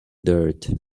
dirt